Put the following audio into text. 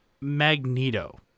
Magneto